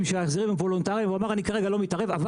שהעזרים הם וולונטריים והוא אמרה שהוא לא מתערב אבל